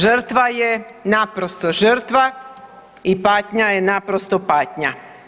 Žrtva je naprosto žrtva i patnja je naprosto patnja.